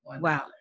Wow